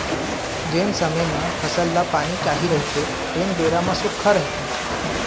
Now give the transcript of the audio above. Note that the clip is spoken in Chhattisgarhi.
जेन समे म फसल ल पानी चाही रहिथे तेन बेरा म सुक्खा रहिथे